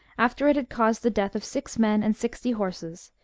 after it had caused the death of six men and sixty horses,